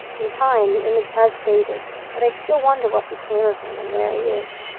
in time, the image has faded, but i still wonder what became of him and where he is.